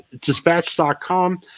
dispatch.com